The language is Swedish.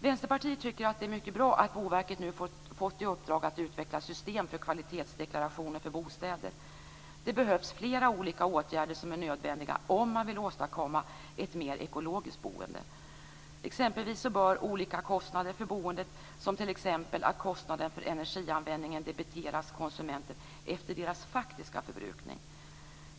Vänsterpartiet tycker att det är mycket bra att Boverket fått i uppdrag att utveckla system för kvalitetsdeklarationer för bostäder. Det behövs flera olika åtgärder som är nödvändiga om man vill åstadkomma ett mer ekologiskt boende. Exempelvis bör olika kostnader för boendet, såsom t.ex. kostnaden för energianvändning, debiteras konsumenterna efter deras faktiska förbrukning.